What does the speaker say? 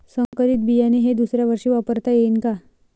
संकरीत बियाणे हे दुसऱ्यावर्षी वापरता येईन का?